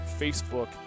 Facebook